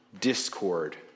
discord